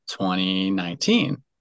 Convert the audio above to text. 2019